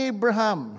Abraham